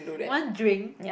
one drink